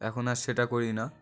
এখন আর সেটা করি না